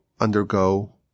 undergo